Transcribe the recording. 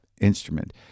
instrument